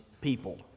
people